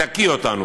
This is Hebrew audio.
תקיא אותנו.